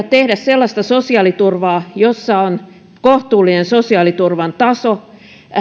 tehdä sellaista sosiaaliturvaa jossa on kohtuullinen sosiaaliturvan taso